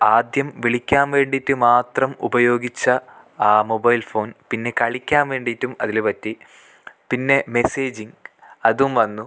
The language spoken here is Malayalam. ആദ്യം വിളിക്കാവ്വേണ്ടീട്ട് മാത്രം ഉപയോഗിച്ച മൊബൈൽ ഫോൺ പിന്നെ കളിക്കാൻ വേണ്ടീട്ടും അതിൽ പറ്റി പിന്നെ മെസ്സേജിങ് അതും വന്നു